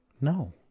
No